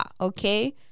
Okay